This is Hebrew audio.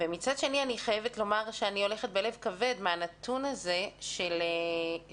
ומצד שני אני חייבת לומר שאני הולכת בלב כבד מהנתון הזה של 50%